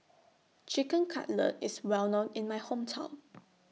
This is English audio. Chicken Cutlet IS Well known in My Hometown